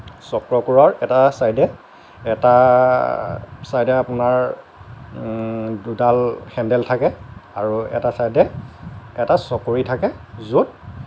চক্ৰকোৰৰ এটা চাইডে এটা চাইডে আপোনাৰ দুডাল হেণ্ডেল থাকে আৰু এটা চাইডে এটা চকৰি থাকে য'ত